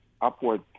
upward